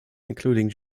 including